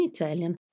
Italian